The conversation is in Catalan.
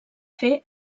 fer